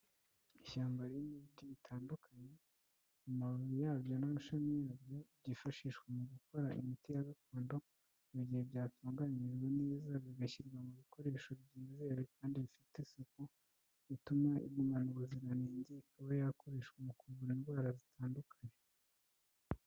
Ishyamba ririmo ibiti bitandukanye, amababi yabyo n'amashami yabyo byifashishwa mu gukora imiti ya gakondo, mu gihe byatunganyijwe neza bigashyirwa mu bikoresho byizerewe kandi bifite isuku, ituma igumana ubuziranenge ikaba yakoreshwa mu kuvura indwara zitandukanye.